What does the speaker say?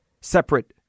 Separate